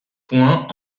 points